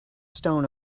stone